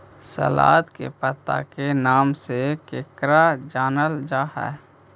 सलाद के पत्ता के नाम से केकरा जानल जा हइ?